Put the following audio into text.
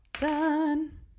Done